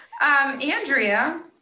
andrea